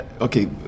Okay